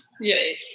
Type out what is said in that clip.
yay